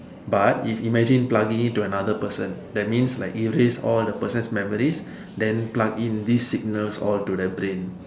but if imagine plugging it to other person that means like erase all the person's memories then plug in these signal all to the brain